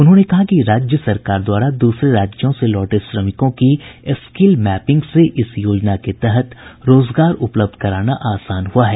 उन्होंने कहा कि राज्य सरकार द्वारा दूसरे राज्यों से लौटे श्रमिकों की स्किल मैपिंग से इस योजना के तहत रोजगार उपलब्ध कराना आसान हुआ है